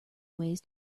ways